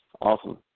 Awesome